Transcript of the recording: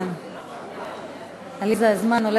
לא שומעים,